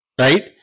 right